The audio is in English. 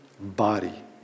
body